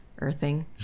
earthing